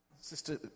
Sister